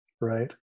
right